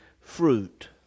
fruit